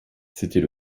c’était